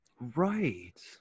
Right